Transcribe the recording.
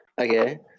Okay